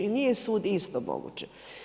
I nije svud isto moguće.